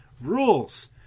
rules